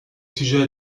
sujet